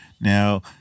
Now